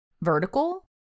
vertical